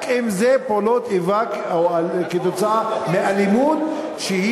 רק אם זה פעולות איבה כתוצאה מאלימות, נכון, בסדר.